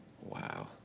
Wow